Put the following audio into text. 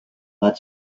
bud